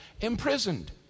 imprisoned